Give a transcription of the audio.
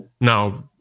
now